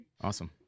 awesome